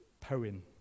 poem